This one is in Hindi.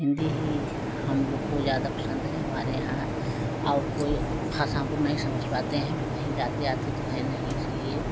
हिन्दी ही हम लोग को ज़्यादा पसंद है हमारे यहाँ और कोई भाषा हम लोग नहीं समझ पाते हैं कहीं जाते आते तो हैं नहीं इसलिए